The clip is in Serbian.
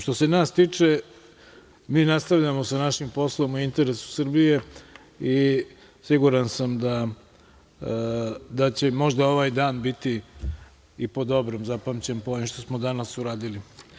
Što se nas tiče, mi nastavljamo sa našim poslom u interesu Srbije i siguran sam da će možda ovaj dan biti i po dobrom zapamćen, po ovim što smo danas uradili.